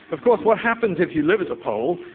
of course what happens if you live at the pole,